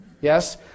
yes